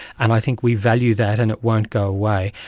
and i think we value that and it won't go away.